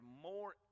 more